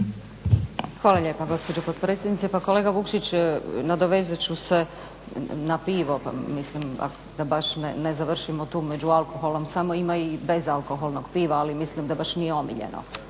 Hvala lijepo gospođo potpredsjednice. Pa kolega Vukšić, nadovezat ću se na pivo, mislim da baš ne završimo tu među alkohol samo. Ima i bezalkoholnog piva ali mislim da baš nije omiljeno